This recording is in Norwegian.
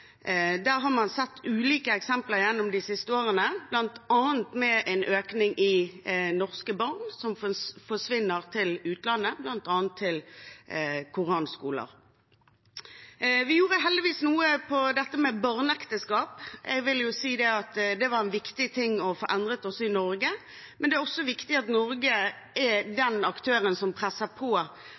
Der har man sett ulike eksempler gjennom de siste årene, bl.a. en økning i antallet norske barn som forsvinner til utlandet, bl.a. til koranskoler. Vi gjorde heldigvis noe med barneekteskap. Jeg vil si at det var en viktig ting å få endret i Norge, men det er viktig at Norge er den aktøren som presser på